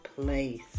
place